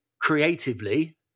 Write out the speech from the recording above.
creatively